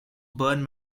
burn